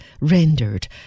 rendered